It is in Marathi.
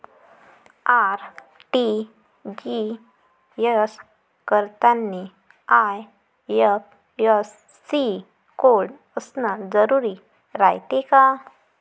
आर.टी.जी.एस करतांनी आय.एफ.एस.सी कोड असन जरुरी रायते का?